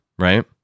right